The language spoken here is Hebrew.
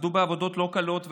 עבדו בעבודות לא קלות,